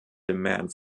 demand